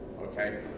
Okay